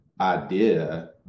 idea